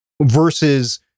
versus